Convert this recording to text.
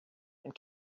and